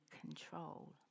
control